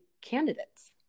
candidates